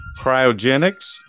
cryogenics